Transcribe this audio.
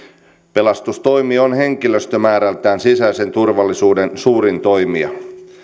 pelastustoimi on henkilöstömäärältään sisäisen turvallisuuden suurin toimija